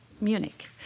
Munich